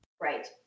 Right